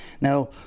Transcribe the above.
Now